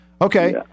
Okay